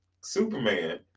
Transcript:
Superman